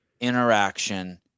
interaction